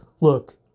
Look